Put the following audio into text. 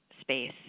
space